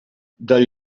del